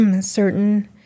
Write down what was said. certain